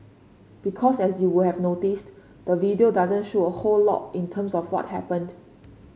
because as you would have noticed the video doesn't show a whole lot in terms of what happened